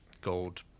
gold